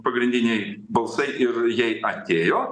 pagrindiniai balsai ir jai atėjo